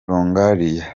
longoria